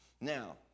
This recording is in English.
Now